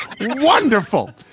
wonderful